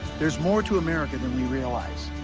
there's more to america than we realize.